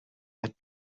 had